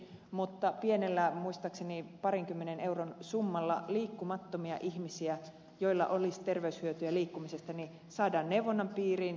mutta pienellä muistaakseni parinkymmenen euron summalla liikkumattomia ihmisiä joille olisi terveyshyötyä liikkumisesta saadaan neuvonnan piiriin